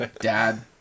Dad